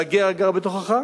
לגר הגר בתוכך.